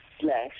Slash